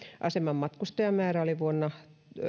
aseman matkustajamäärä vuonna